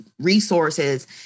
resources